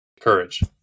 courage